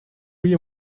you